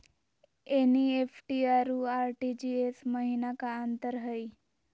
NEFT अरु RTGS महिना का अंतर हई?